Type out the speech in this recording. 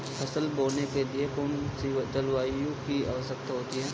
फसल बोने के लिए कौन सी जलवायु की आवश्यकता होती है?